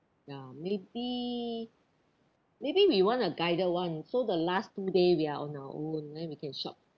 ya maybe maybe we want a guided one so the last two day we are on our own then we can shop